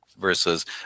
versus